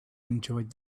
enjoyed